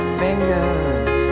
fingers